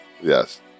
Yes